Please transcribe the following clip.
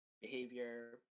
behavior